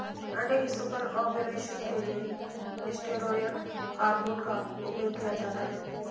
अंडे के super ovulation के लिए स्टेरॉयड हार्मोन का उपयोग किया जाता है